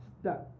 stuck